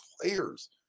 players